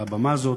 על הבמה הזאת,